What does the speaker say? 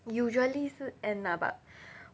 usually 是 end lah but